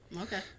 Okay